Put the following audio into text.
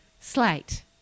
slate